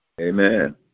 Amen